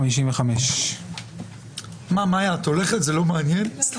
255. מאיה, אתה הולכת, זה לא מעניין?